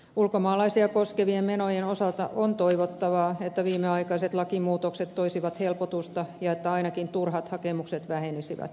ulkomaalaisia koskevien menojen osalta on toivottavaa että viimeaikaiset lakimuutokset toisivat helpotusta ja että ainakin turhat hakemukset vähenisivät